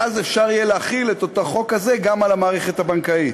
ואז אפשר יהיה להחיל את החוק הזה גם על המערכת הבנקאית.